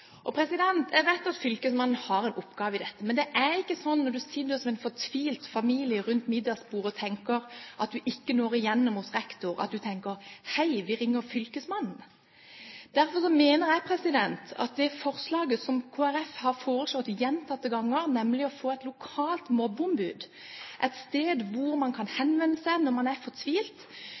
Jeg vet at fylkesmannen har en oppgave i dette, men det er ikke sånn når man sitter som en fortvilt familie rundt middagsbordet og føler at man ikke når igjennom hos rektor, at man tenker: Hei, vi ringer fylkesmannen! Derfor minner jeg om det forslaget som Kristelig Folkeparti har fremmet gjentatte ganger, nemlig å få et lokalt mobbeombud, et sted hvor man kan henvende seg når man er